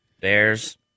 Bears